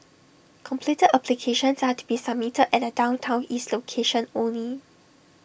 completed applications are to be submitted at the downtown east location only